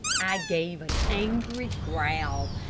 i gave an angry growl,